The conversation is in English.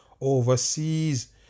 overseas